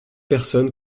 personne